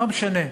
לא משנה.